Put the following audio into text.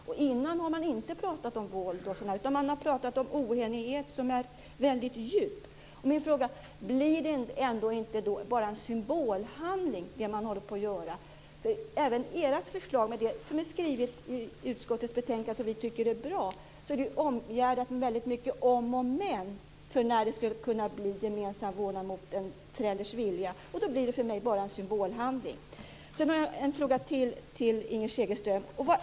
Dessförinnan har man inte pratat om våld och sådant, utan man har pratat om en oenighet som är väldigt djup. Min fråga är: Blir då inte det man håller på att göra bara en symbolhandling? Även ert förslag i utskottets betänkande, som vi tycker är bra, är ju omgärdat av väldigt många "om" och "men" i fråga om när det skall kunna bli gemensam vårdnad mot en förälders vilja. Då blir det för mig bara en symbolhandling. Sedan har jag ytterligare en fråga till Inger Segelström.